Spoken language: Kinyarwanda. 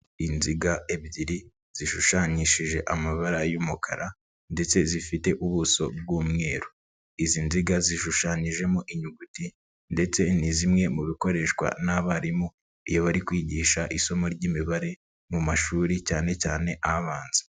Inziga ebyiri zishushanyishije amabara y'umukara ndetse zifite ubuso bw'umweru, izi nziga zishushanyijemo inyuguti ndetse ni zimwe mu bikoreshwa n'abarimu iyo bari kwigisha isomo ry'imibare mu mashuri cyane cyane abanza.